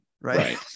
right